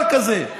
אין דבר כזה.